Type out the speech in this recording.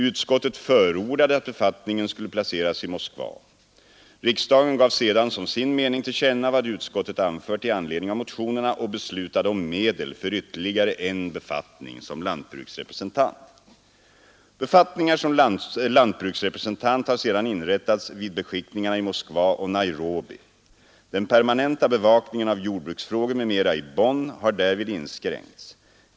Utskottet förordade att befattningen skulle placeras i Moskva. Riksdagen gav sedan som sin mening till känna vad utskottet anfört i anledning av motionerna och beslutade om medel för ytterligare en befattning som lantbruksrepresentant. Befattningar som lantbruksrepresentant har sedan inrättats vid beskickningarna i Moskva och Nairobi. Den permanenta bevakningen av jordbruksfrågor m.m. i Bonn har därvid inskränkts.